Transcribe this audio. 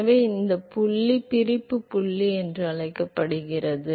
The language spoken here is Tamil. எனவே இந்த புள்ளி இந்த பிரிப்பு புள்ளி என்று அழைக்கப்படுகிறது